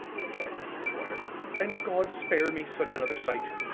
replied mrs. dwyer and god spare me such another sight.